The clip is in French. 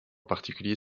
particulier